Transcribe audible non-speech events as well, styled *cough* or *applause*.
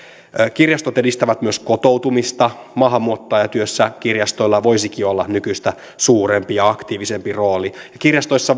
kirjastot edistävät myös kotoutumista maahanmuuttajatyössä kirjastoilla voisikin olla nykyistä suurempi ja aktiivisempi rooli ja kirjastoissa *unintelligible*